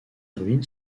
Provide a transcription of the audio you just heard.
ruines